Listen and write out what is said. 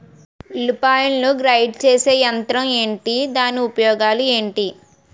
ఉల్లిపాయలను గ్రేడ్ చేసే యంత్రం ఏంటి? దాని ఉపయోగాలు ఏంటి?